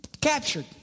captured